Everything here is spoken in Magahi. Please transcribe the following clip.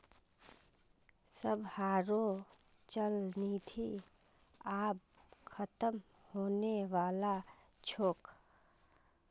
सबहारो चल निधि आब ख़तम होने बला छोक